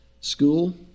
School